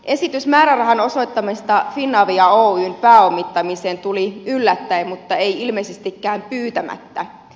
esitys määrärahan osoittamisesta finavia oyn pääomittamiseen tuli yllättäen mutta ei ilmeisestikään pyytämättä